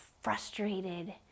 frustrated